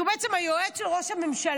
שהוא בעצם היועץ של ראש הממשלה,